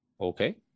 Okay